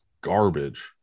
garbage